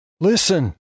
Listen